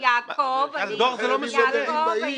יעקב,